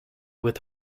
with